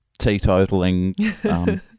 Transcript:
teetotaling